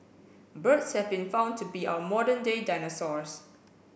birds have been found to be our modern day dinosaurs